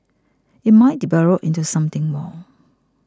it might develop into something more